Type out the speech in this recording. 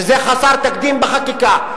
שזה חסר תקדים בחקיקה.